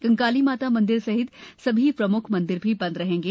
कंकाली माता सहित सभी प्रम्ख मंदिर भी बंद रहेंगे